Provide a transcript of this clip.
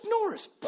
Norris